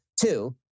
Two